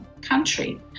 country